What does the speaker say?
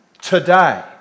Today